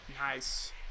Nice